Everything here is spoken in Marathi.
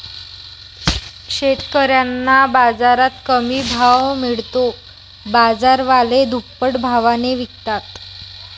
शेतकऱ्यांना बाजारात कमी भाव मिळतो, बाजारवाले दुप्पट भावाने विकतात